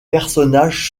personnages